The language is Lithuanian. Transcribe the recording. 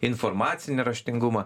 informacinį raštingumą